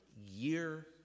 year